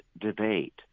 debate